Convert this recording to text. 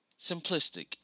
simplistic